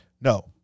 No